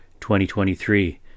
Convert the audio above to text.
2023